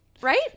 Right